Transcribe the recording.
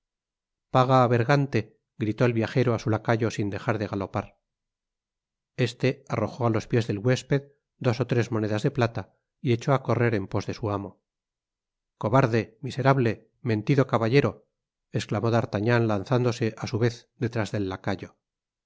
paga bergante gritó el viajero á su lacayo sin dejar de galopar este arrojó á los piés del huésped dos ó tres monedas de plata y echó á correr en pos de su amo cobarde miserable mentido caballero esclamó d'artagnan lanzándose á su vez detrás del lacayo